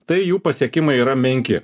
tai jų pasiekimai yra menki